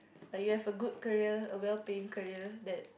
like you have a good career a well paying career that